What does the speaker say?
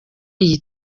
iyi